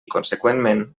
conseqüentment